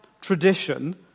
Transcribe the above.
tradition